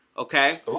Okay